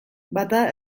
bata